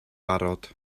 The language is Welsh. barod